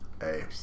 Hey